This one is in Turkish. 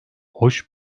hoş